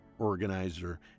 organizer